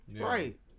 Right